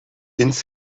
ins